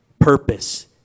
purpose